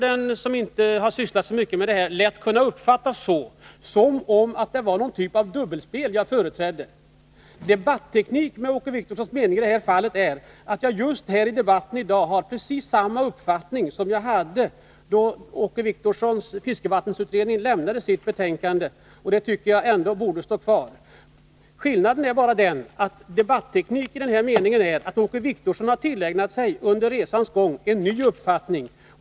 Den som inte har sysslat så mycket med sådant här skulle lätt kunna uppfatta detta som om jag företrädde någon typ av dubbelspel. Debatteknik i den mening som Åke Wictorsson avser i det här fallet är att jag just i denna debatt i dag har precis samma uppfattning som den jag hade när Åke Wictorssons fiskevattensutredning avlämnade sitt betänkande. Detta faktum borde väl ändå stå kvar. Skillnaden är bara den att debatteknik i den här meningen är att Åke Wictorsson under resans gång har tillägnat sig en ny uppfattning.